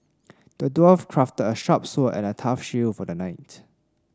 the dwarf crafted a sharp sword and a tough shield for the knight